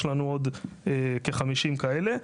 יש לנו עוד כחמישים כאלה.